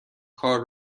کار